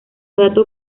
dato